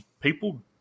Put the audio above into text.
people